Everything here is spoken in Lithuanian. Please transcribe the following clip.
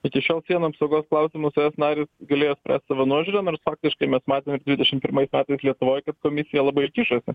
iki šiol sienų apsaugos klausimus es narės galėjo spręst savo nuožiūra nors faktiškai mes matėm ir dvidešim pirmais metais lietuvoj kad komisija labai kišasi